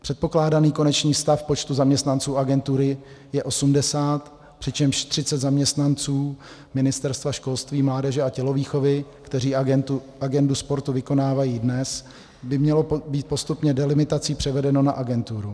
Předpokládaný konečný stav počtu zaměstnanců agentury je 80, přičemž 30 zaměstnanců Ministerstva školství, mládeže a tělovýchovy, kteří agendu sportu vykonávají dnes, by mělo být postupně delimitací převedeno na agenturu.